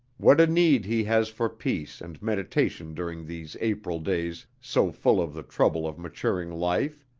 what a need he has for peace and meditation during these april days so full of the trouble of maturing life!